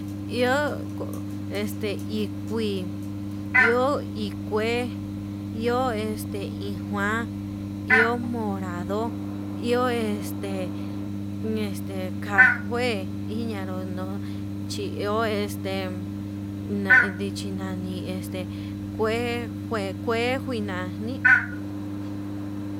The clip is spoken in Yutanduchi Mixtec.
Iho este ikuui iho iiho kue iho este njua iho morado iho este este ka'a njue iñanró no'o chi iho este ndichi nani este kue kue njuina ní.